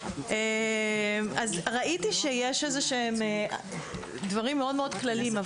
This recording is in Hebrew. אז ראיתי שיש איזשהם דברים מאוד מאוד כלליים,